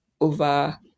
over